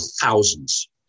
thousands